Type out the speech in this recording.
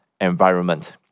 environment